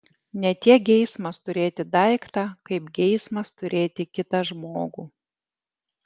ne tiek geismas turėti daiktą kaip geismas turėti kitą žmogų